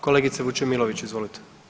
Kolegice Vučemilović, izvolite.